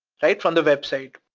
right? from the website.